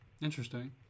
Interesting